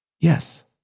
Yes